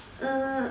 uh